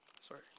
Sorry